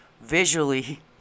visually